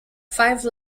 five